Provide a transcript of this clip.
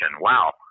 Wow